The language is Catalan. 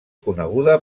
coneguda